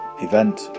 event